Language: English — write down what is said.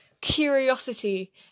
curiosity